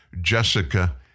Jessica